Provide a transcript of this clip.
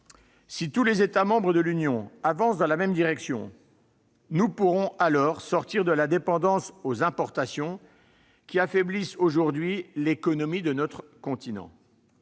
Si tous les États membres de l'Union avancent dans la même direction, nous pourrons alors sortir de la dépendance aux importations qui affaiblissent aujourd'hui l'économie de notre continent.